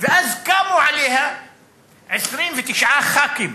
ואז קמו עליה 29 ח"כים,